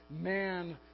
man